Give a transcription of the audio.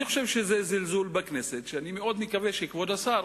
אני חושב שזה זלזול בכנסת ואני מאוד מקווה שכבוד השר